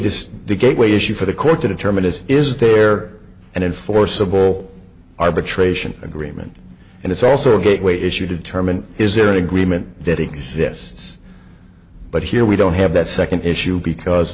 to the gateway issue for the court to determine is is there an enforceable arbitration agreement and it's also a gateway issue to determine is there an agreement that exists but here we don't have that second issue because